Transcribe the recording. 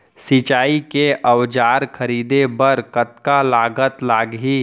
सिंचाई के औजार खरीदे बर कतका लागत लागही?